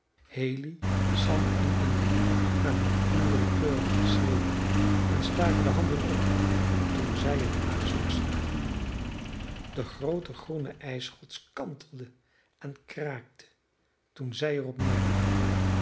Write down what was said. haley sam en andy gaven onwillekeurig een schreeuw en staken de handen op toen zij het waagstuk zagen de groote groene ijsschots kantelde en kraakte toen zij er op neerkwam